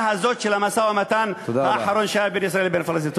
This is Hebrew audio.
הזאת של המשא-ומתן האחרון שהיה בין ישראל לפלסטינים.